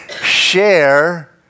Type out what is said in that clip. share